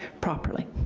properly.